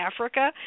Africa